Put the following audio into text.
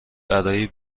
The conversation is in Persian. برای